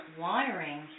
wiring